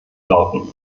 lauten